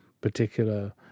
particular